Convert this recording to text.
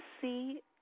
see